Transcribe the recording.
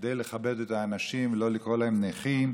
כדי לכבד את האנשים, לא לקרוא להם נכים.